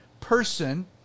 person